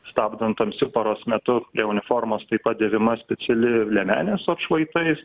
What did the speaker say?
stabdant tamsiu paros metu prie uniformos taip pat dėvima speciali ir liemenė su atšvaitais